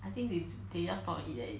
I think th~ they just don't want to eat eh